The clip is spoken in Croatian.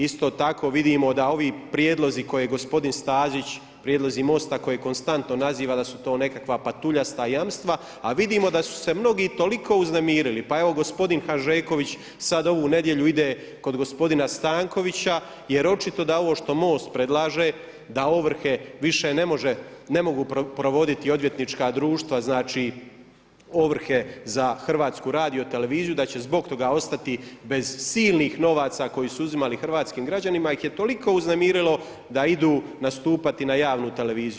Isto tako vidimo da ovi prijedlozi koje je gospodin Stazić, prijedlozi MOST-a koje konstantno naziva da su to nekakva patuljasta jamstva, a vidimo da su se mnogi toliko uznemirili, pa evo gospodin Hanžeković sada ovu nedjelju ide kod gospodina Stankovića, jer očito da ovo što MOST predlaže da ovrhe više ne mogu provoditi odvjetnička društva, znači ovrhe za Hrvatsku radioteleviziju da će zbog toga ostati bez silnih novaca koje su uzimali hrvatskim građanima ih je toliko uznemirilo da idu nastupati na javnu televiziju.